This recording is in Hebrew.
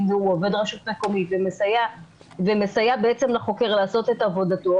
הוא עובד רשות מקומית ומסייע לחוקר לעשות את עבודתו,